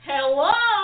Hello